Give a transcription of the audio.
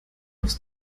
aufs